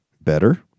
better